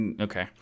Okay